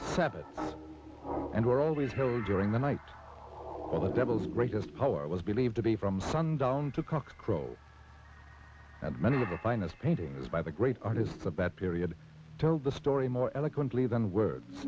sabbath and were always held during the night of the devil's greatest power it was believed to be from sundown to cock crow and many of the finest paintings by the great artist the bad period told the story more eloquently than words